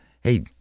hey